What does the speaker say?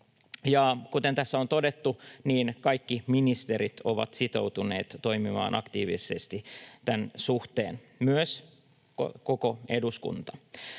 Kuten tässä on todettu, kaikki ministerit ovat sitoutuneet toimimaan aktiivisesti tämän suhteen, myös koko eduskunta.